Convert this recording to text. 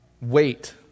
Wait